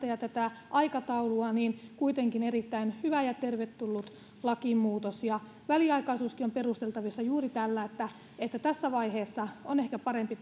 ja tätä aikataulua kuitenkin erittäin hyvä ja tervetullut lakimuutos väliaikaisuuskin on perusteltavissa juuri tällä että että tässä vaiheessa on ehkä parempi